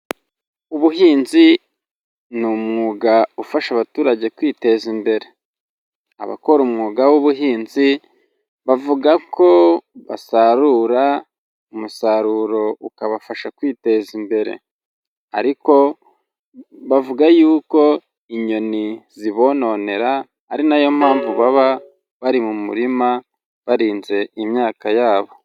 Ubuhinzi ni umwuga ufasha abaturage kwiteza imbere, abakora umwuga w'ubuhinzi, bavuga ko basarura umusaruro ukabafasha kwiteza imbere ariko bavuga yuko inyoni zibonnonera ari nayo mpamvu baba bari mu murima barinze imyaka yabo.